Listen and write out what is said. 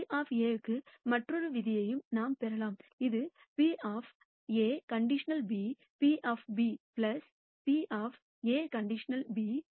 P க்கு மற்றொரு விதியையும் நாம் பெறலாம் இது P A | B P PA|Bc Pc